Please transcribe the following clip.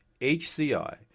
HCI